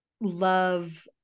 love